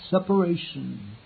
Separation